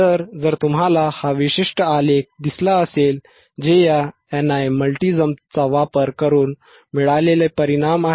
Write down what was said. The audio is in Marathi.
तर जर तुम्हाला हा विशिष्ट आलेख दिसला असेल जे या NI Multisim चा वापर करून मिळालेले परिणाम आहे